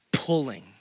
Pulling